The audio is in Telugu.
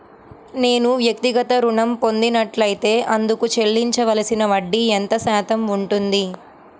నేను వ్యక్తిగత ఋణం పొందినట్లైతే అందుకు చెల్లించవలసిన వడ్డీ ఎంత శాతం ఉంటుంది?